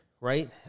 Right